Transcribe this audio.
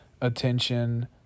attention